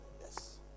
Yes